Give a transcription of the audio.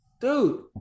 Dude